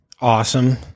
awesome